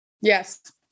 Yes